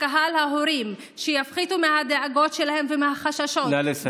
לקהל ההורים שיפחיתו מהדאגות ומהחששות שלהם,